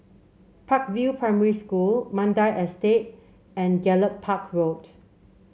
Park View Primary School Mandai Estate and Gallop Park Road